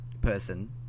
person